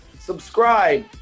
subscribe